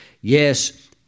yes